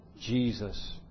Jesus